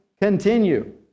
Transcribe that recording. continue